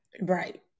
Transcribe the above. Right